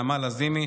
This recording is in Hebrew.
נעמה לזימי,